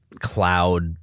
cloud